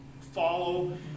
follow